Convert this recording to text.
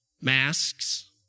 Masks